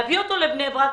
להביא אותו לבני ברק,